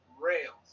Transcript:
rails